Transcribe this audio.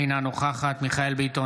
אינה נוכחת מיכאל מרדכי ביטון,